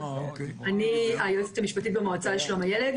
אני היועצת המשפטית במועצה לשלום הילד.